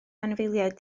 anifeiliaid